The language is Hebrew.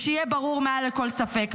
שיהיה ברור מעל לכל ספק,